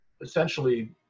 essentially